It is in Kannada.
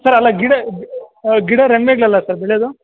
ಸರ್ ಅಲ್ಲ ಗಿಡ ಗಿಡ ರೆಂಬೆಗಳಲ್ಲಾ ಸರ್ ಬೆಳೆಯೋದು